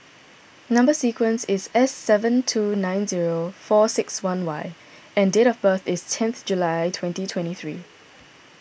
Number Sequence is S seven two nine zero four six one Y and date of birth is tenth July twenty twenty three